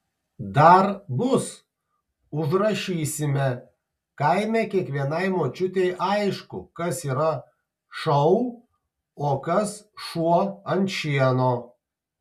dar bus užrašysime kaime kiekvienai močiutei aišku kas yra šou o kas šuo ant šieno